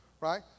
Right